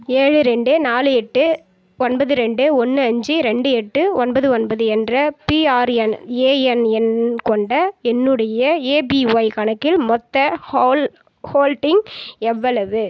ஏழு ரெண்டு நாலு எட்டு ஒன்பது ரெண்டு ஒன்னு அஞ்சு ரெண்டு எட்டு ஒன்பது ஒன்பது என்ற பிஆர்என்ஏஎன் எண் கொண்ட என்னுடைய ஏபிஒய் கணக்கில் மொத்த ஹால் ஹோல்டிங் எவ்வளவு